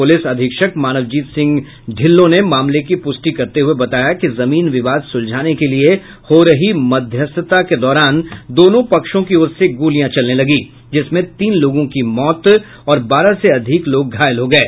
police अधीक्षक मानवजीत सिंह ढिल्लो ने मामले की पुष्टि करते हुये बताया कि जमीन विवाद सुलझाने के लिए हो रही मध्यस्थता के दौरान दोनों पक्षों की ओर से गोलियां चलने लगी जिसमें तीन लोगों की मौत और बारह से अधिक लोग घायल हो गये